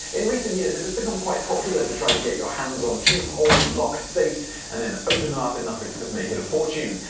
in recent years it has become quite popular to try to get your hands on cheap, old, locked safes and and open them in the hopes of making a fortune.